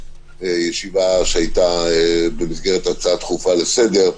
ישיבה שהייתה במסגרת הצעה דחופה לסדר,